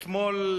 אתמול,